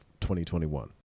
2021